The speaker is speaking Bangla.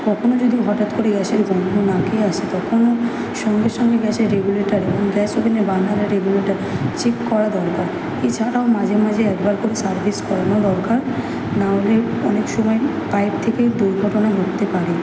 কখনও যদি হঠাৎ করে গ্যাসের গন্ধ নাকে আসে তখনও সঙ্গে সঙ্গে গ্যাসের রেগুলেটরে গ্যাস ওভেনের বার্নারের রেগুলেটরে চেক করা দরকার এছাড়াও মাঝে মাঝে একবার করে সার্ভিস করানো দরকার নাহলে অনেক সময় বাইরে থেকেই দুর্ঘটনা ঘটতে পারে